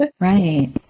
Right